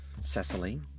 Cecily